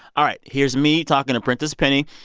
all right, here's me talking to prentice penny.